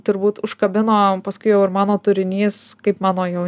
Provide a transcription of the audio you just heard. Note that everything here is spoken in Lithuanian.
turbūt užkabino paskui jau ir mano turinys kaip mano jau